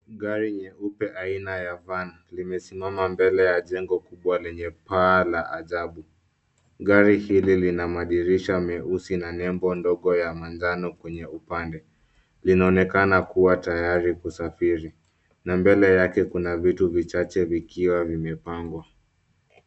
Gari nyeupe aina ya Van, limesimama mbele ya jengo kubwa lenye paa la ajabu. Gari hili lina madirisha meusi na nembo ndogo ya manjano kwenye upande. Linaonekana kua tayari kusafiri, na mbele yake kuna vitu vichache vikiwa vimepangwa.